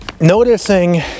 noticing